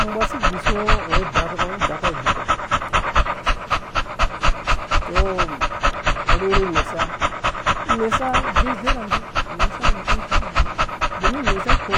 Ngɔ ba si gbishu ngo ngo dak nibika ngo tɔ arherhe imesa imesa azezerha ngge imesaawu zezerhangge domin imesa ku.